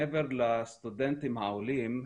מעבר לסטודנטים העולים,